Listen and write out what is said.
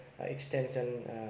extension